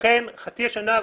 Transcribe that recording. ולכן חצי השנה,